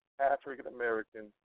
African-American